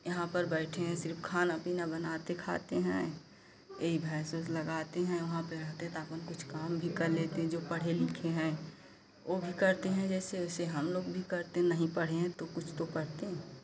यहाँ पर बैठे हैं सिर्फ खाना पीना बनाते खाते हैं यही भैंस ऊस लगाते हैं वहाँ पर रहते तो अपना कुछ काम भी कर लेते हैं जो पढ़े लिखे हैं वह भी करते हैं जैसे वैसे हम लोग भी करते नहीं पढ़े हैं तो कुछ तो